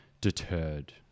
deterred